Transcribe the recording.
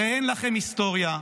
הרי אין לכם היסטוריה,